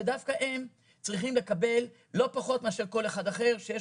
ודווקא הם צריכים לקבל לא פחות מאשר כל אחד אחד שיש